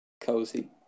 Cozy